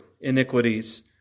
iniquities